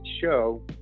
show